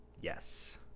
yes